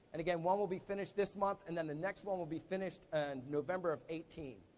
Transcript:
and again, one will be finished this month, and then the next one will be finished and november of eighteen.